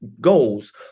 goals